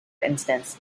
instance